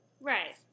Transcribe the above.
right